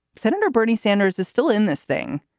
senator bernie sanders is still in this thing.